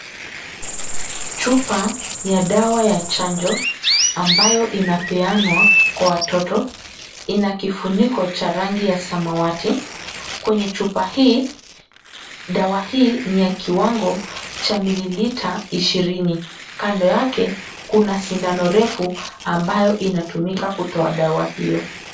Chupa ya dawa ya chanjo ambayo inapeanwa kwa watoto, ina kifuniko cha rangi ya samawati. Kwenye chupa hii, dawa hii ni ya kiwango cha mililita ishirini. Kando yake kuna sindano refu ambayo inatumika kutoa dawa hiyo.